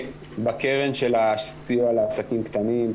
בקרן של הסיוע לעסקים קטנים,